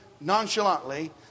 nonchalantly